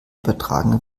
übertragen